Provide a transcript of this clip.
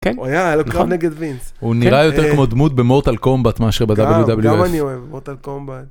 כן, הוא היה, נכון, היה לו קרב נגד וינס, הוא נראה יותר כמו דמות במורטל קומבט מאשר ב WWF